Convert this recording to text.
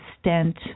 stent